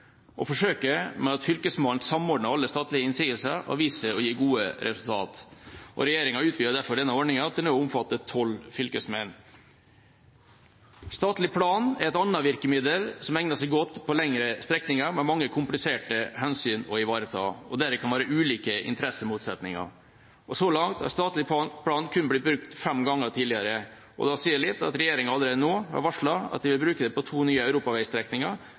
med at Fylkesmannen samordner alle statlige innsigelser, har vist seg å gi gode resultater. Regjeringa utvider derfor denne ordninga til å omfatte tolv fylkesmenn. Statlig plan er et annet virkemiddel som egner seg godt på lengre strekninger med mange kompliserte hensyn å ivareta, og der det kan være ulike interessemotsetninger. Så langt har statlig plan kun blitt brukt fem ganger tidligere, og da sier det litt at regjeringa allerede nå har varslet at de vil bruke det på to nye europaveistrekninger,